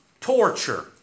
torture